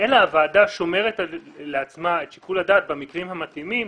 אלא הוועדה שומרת לעצמה את שיקול הדעת במקרים המתאימים,